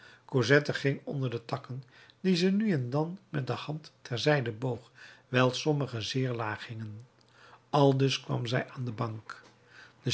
cosette ging onder de takken die ze nu en dan met de hand ter zijde boog wijl sommige zeer laag hingen aldus kwam zij aan de bank